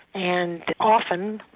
and often,